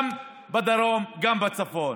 גם בדרום, גם בצפון.